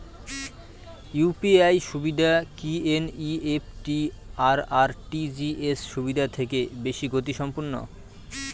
UPI সুবিধা কি NEFT আর আর.টি.জি.এস সুবিধা থেকে বেশি গতিসম্পন্ন?